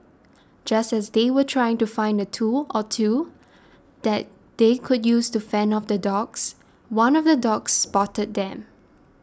just as they were trying to find a tool or two that they could use to fend off the dogs one of the dogs spotted them